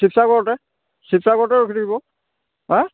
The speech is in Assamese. শিৱসাগৰতে শিৱসাগৰতে ৰখি থাকিব